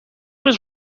was